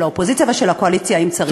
של האופוזיציה ושל הקואליציה אם צריך.